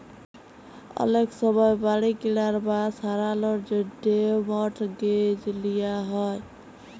অলেক সময় বাড়ি কিলার বা সারালর জ্যনহে মর্টগেজ লিয়া হ্যয়